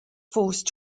forced